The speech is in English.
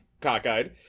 cockeyed